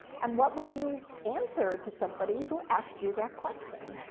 and what would you answer to somebody who asked you that question?